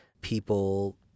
people